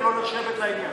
לא נחשבת לעניין.